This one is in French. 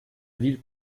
ville